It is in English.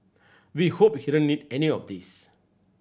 we hope he didn't need any of these